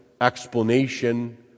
explanation